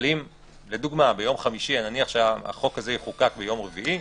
אבל אם לדוגמה נניח שהחוק הזה יחוקק ביום רביעי,